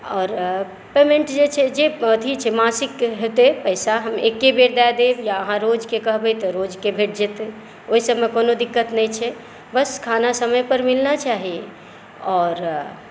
आओर पेमेन्ट जे छै जे अथी छै मासिक हेतै पैसा हम एकेबेर दए देब या आहाँ रोजके कहबै तऽ रोजके भेट जेतै ओहि सबमे कोनो दिक्कत नहि छै बस खाना समय पर मिलना चाही आओर